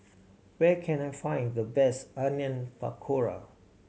where can I find the best Onion Pakora